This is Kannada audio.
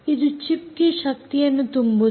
ಇದು ಚಿಪ್ ಗೆ ಶಕ್ತಿಯನ್ನು ತುಂಬುತ್ತದೆ